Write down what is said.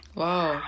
wow